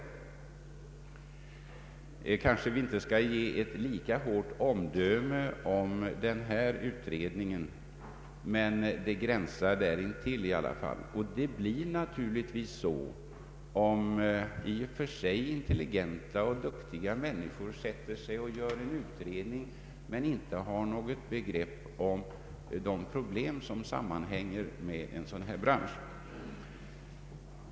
Kanske vi inte skall ge ett lika hårt omdöme om denna utredning, men det gränsar där intill i alla fall, och det blir givetvis så om i och för sig intelligenta och duktiga människor sätter sig ner och gör en utredning utan att ha något begrepp om de problem som sammanhänger med en bransch som denna.